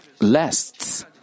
lasts